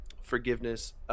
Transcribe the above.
Forgiveness